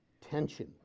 tension